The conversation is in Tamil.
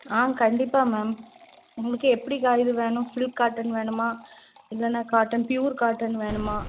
ஆ கண்டிப்பாக மேம் உங்களுக்கு எப்படி இது வேணும் சில்க் காட்டன் வேணுமா இல்லைன்னா காட்டன் பியூர் காட்டன் வேணுமா